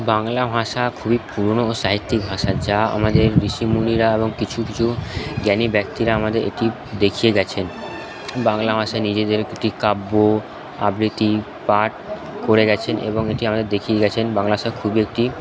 বাংলা ভাষা খুবই পুরোনো ও সাহিত্যিক ভাষা যা আমাদের ঋষি মুনিরা এবং কিছু কিছু জ্ঞানী ব্যক্তিরা আমাদের এটি দেখিয়ে গেছেন বাংলা ভাষা নিজেদের দুটি কাব্য আবৃত্তি পাঠ করে গেছেন এবং এটি আমাদের দেখিয়ে গেছেন বাংলা ভাষা খুবই একটি